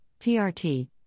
PRT